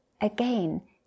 again